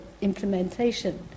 implementation